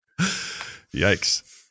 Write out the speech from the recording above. Yikes